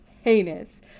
heinous